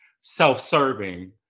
self-serving